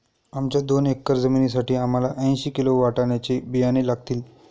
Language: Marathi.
आमच्या दोन एकर जमिनीसाठी आम्हाला ऐंशी किलो वाटाण्याचे बियाणे लागतील